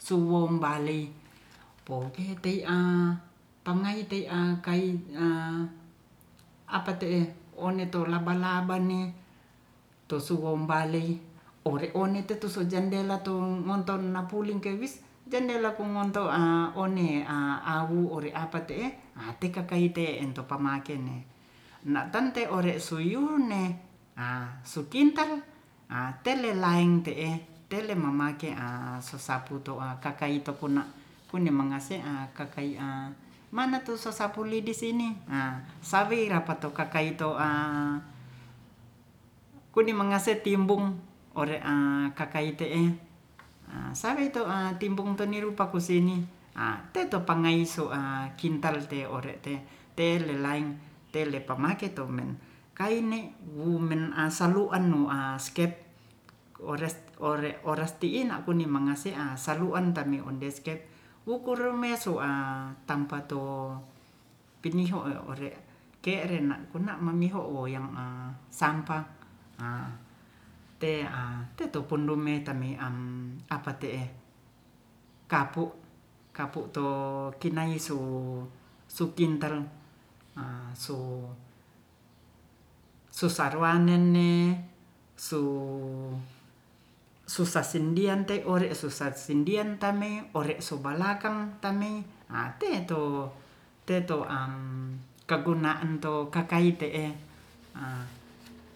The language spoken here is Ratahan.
Suwum balei pouketei'a pangai te'a kai'a apa te'e one tor laba-laba ne tosuwombalei ore'onete tusojendela tu mo'nton napuling kewis jendela pumontong a'awu ore apa te'e a tekakaite ento pamake ne na'tante ore suyunne a sukintal telelaheng te'e telemamake a'sosapu to'a kakaito puna punimngase'a ka kai'a mana tu sosapu lidi sini a sawira pato kakai to'a kuni mangesetimbung ore'a kakai te'e a sawe to'a timbung tonirupakus sini a teto pangaiso'a kintal te ore'te telelaeng telepamake tomen kaine wumen assalu'an nu'askep ores ore oras ti'in na'puni mangase'an saruan tami ondeskep wukurumesu'a tampato piniho e ore ke'rena kuna mamiho woyang a sampah a te'a tetupundume tami'am apate'e kapuk- to kinasu sukintal a su susarwanen ne su sasandian te ore susasindian tame' ore sobalakang tamei a'teito teito am kaguna'an to kakaite'e a